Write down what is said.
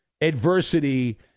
adversity